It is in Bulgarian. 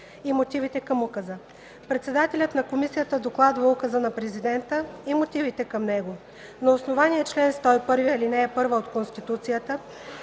и мотивите към указа. Председателят на комисията докладва указа на Президента и мотивите към него. На основание чл. 101, ал. 1 от Конституцията,